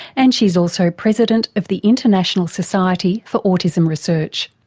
and she's also president of the international society for autism research.